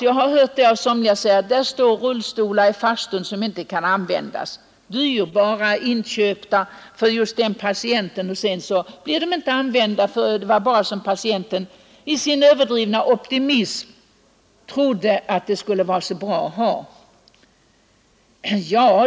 Jag har hört somliga säga, att där står rullstolar i farstun som inte kan användas — dyrbara rullstolar, inköpta för en viss patient som i sin överdrivna optimism trodde, att den skulle vara bra att ha.